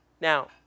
Now